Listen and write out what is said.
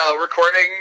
recording